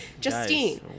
Justine